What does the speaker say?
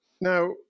Now